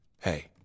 Hey